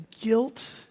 guilt